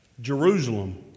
Jerusalem